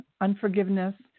unforgiveness